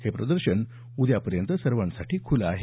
हे प्रदर्शन उद्यापर्यंत सर्वांसाठी खुलं आहे